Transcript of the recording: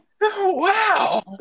Wow